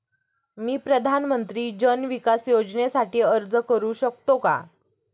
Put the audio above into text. मी प्रधानमंत्री जन विकास योजनेसाठी अर्ज करू शकतो का?